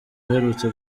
uherutse